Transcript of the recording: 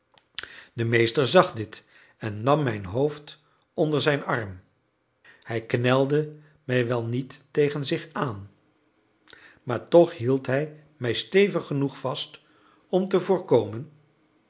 de meester zag dit en nam mijn hoofd onder zijn arm hij knelde mij wel niet tegen zich aan maar toch hield hij mij stevig genoeg vast om te voorkomen